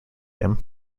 him